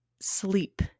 sleep